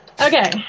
Okay